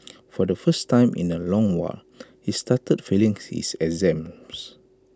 for the first time in A long while he started failing his exams